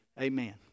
Amen